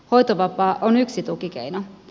hoitovapaa on yksi tukikeino